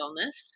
illness